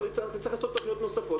נצטרך לעשות תכניות נוספות,